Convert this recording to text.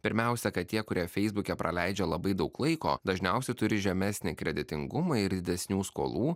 pirmiausia kad tie kurie feisbuke praleidžia labai daug laiko dažniausia turi žemesnį kreditingumą ir didesnių skolų